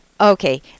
Okay